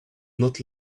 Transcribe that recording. not